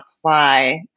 apply